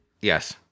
Yes